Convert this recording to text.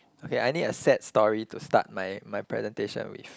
okay I need a sad story to start my my presentation with